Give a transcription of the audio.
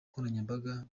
nkoranyambaga